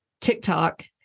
TikTok